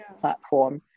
platform